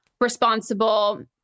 responsible